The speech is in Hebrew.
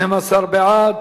12 בעד,